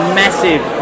massive